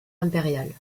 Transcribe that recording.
impérial